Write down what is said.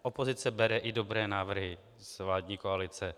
Opozice bere i dobré návrhy z vládní koalice.